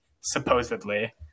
supposedly